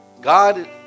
God